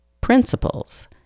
principles